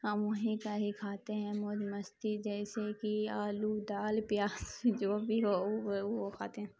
ہم وہیں کا ہی کھاتے ہیں موج مستی جیسے کہ آلو دال پیاز جو بھی ہو وہ وہ کھاتے ہیں